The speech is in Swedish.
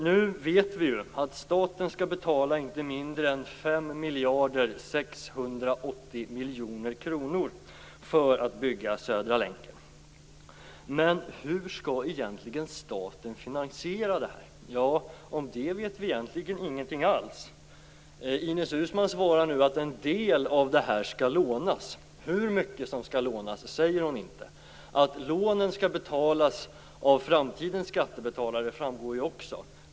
Nu vet vi att staten skall betala inte mindre än Men hur skall staten finansiera detta? Om det vet vi egentligen ingenting alls. Ines Uusmann svarar nu att en del av pengarna skall lånas. Hur mycket som skall lånas säger hon inte. Att lånen skall betalas av framtidens skattebetalare framgår också.